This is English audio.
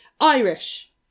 Irish